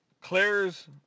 Claire's